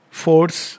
force